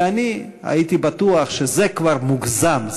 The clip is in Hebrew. ואני הייתי בטוח שזה כבר מוגזם,